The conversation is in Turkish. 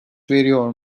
veriyor